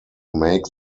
make